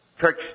church